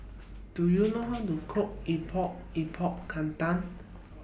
Do YOU know How to Cook Epok Epok Kentang